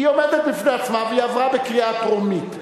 היא עומדת בפני עצמה והיא עברה בקריאה טרומית.